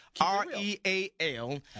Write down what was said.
R-E-A-L